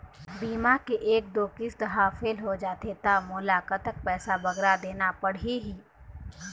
बीमा के एक दो किस्त हा फेल होथे जा थे ता मोला कतक पैसा बगरा देना पड़ही ही?